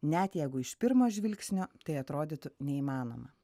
net jeigu iš pirmo žvilgsnio tai atrodytų neįmanoma